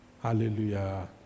Hallelujah